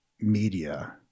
media